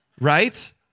right